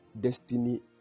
destiny